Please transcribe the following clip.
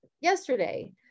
yesterday